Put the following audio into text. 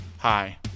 Hi